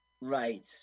Right